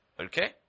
Okay